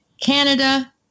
Canada